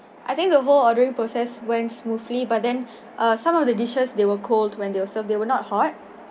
I think the whole ordering process went smoothly but then some of the dishes they were cold when they were they were not hot